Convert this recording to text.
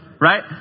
Right